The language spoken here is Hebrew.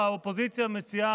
קואליציה,